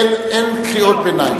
אין קריאות ביניים.